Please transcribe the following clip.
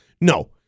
No